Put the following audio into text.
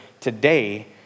today